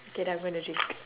okay then I'm gonna drink